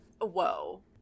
whoa